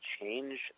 change